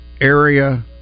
area